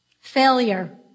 Failure